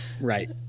Right